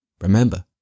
Remember